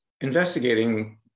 investigating